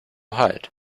hide